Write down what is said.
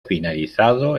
finalizado